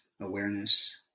awareness